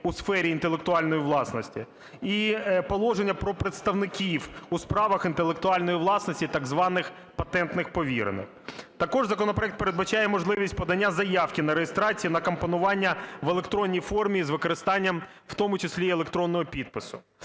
у сфері інтелектуальної власності. І положення про представників у справах інтелектуальної власності так званих патентних повірених. Також законопроект передбачає можливість подання заявки на реєстрацію на компонування в електронній формі з використанням, в тому числі і електронного підпису.